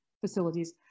facilities